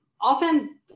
Often